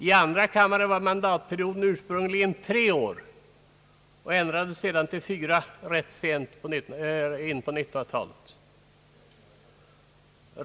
I andra kammaren var mandatperioden . ursprungligen tre år och ändrades sedan till fyra år rätt långt in på 1900-talet.